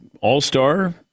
All-Star